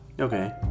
Okay